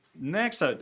next